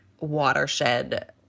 watershed